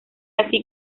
así